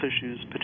issues